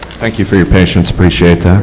thank you for your patience, appreciate